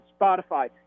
spotify